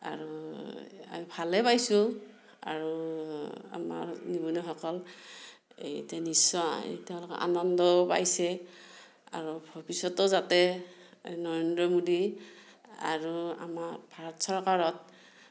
আৰু ভালেই পাইছোঁ আৰু আমাৰ নিবনুৱসকল এই এতিয়া নিশ্চয় তেওঁলোকে আনন্দও পাইছে আৰু ভৱিষ্যতেও যাতে নৰেন্দ্ৰ মোদী আৰু আমাৰ ভাৰত চৰকাৰত